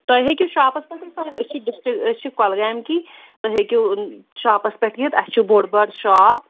تۄہہِ ہیٚکِو شاپس پٮ۪ٹھٕے أسۍ چھِ أسۍ چھِ کولہٕ گامٕکی تُہۍ ہیٚکِو شاپس پٮ۪ٹھ یِتھ اَسہِ چھُ بوٚڈ بارٕ شاپ